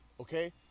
Okay